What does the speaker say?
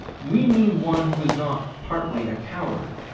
we mean one who is not partly a coward,